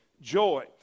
Joy